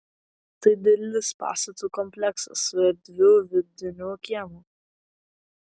tai didelis pastatų kompleksas su erdviu vidiniu kiemu